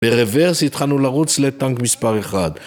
ברוורס התחלנו לרוץ לטנק מספר 1